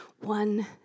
one